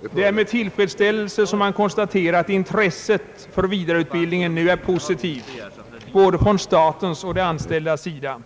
Det är således med tillfredsställelse som man konstaterar att intresset för vidareutbildningen nu är positivt både från statens och de anställdas sida.